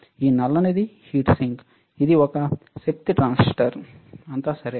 ఈ నల్లనిది heat sink ఇది ఒక శక్తి ట్రాన్సిస్టర్ అంతా సరే